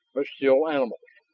but still animals?